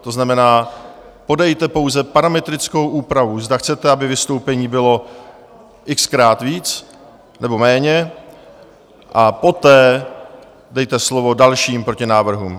To znamená, podejte pouze parametrickou úpravu, zda chcete, aby vystoupení bylo xkrát víc nebo méně, a poté dejte slovo dalším protinávrhům.